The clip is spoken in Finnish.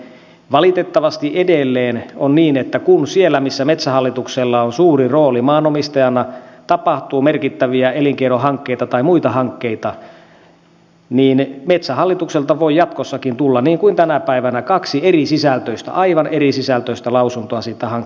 valitettavasti edelleen on niin että kun siellä missä metsähallituksella on suuri rooli maanomistajana tapahtuu merkittäviä elinkeinohankkeita tai muita hankkeita niin metsähallitukselta voi jatkossakin tulla niin kuin tänä päivänä kaksi aivan erisisältöistä lausuntoa siitä hankkeesta